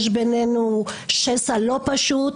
יש בינינו שסע לא פשוט,